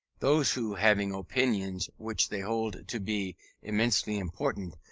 those who, having opinions which they hold to be immensely important,